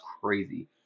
crazy